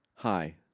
Hi